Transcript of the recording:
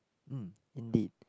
mm indeed